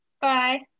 Bye